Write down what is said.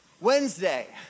Wednesday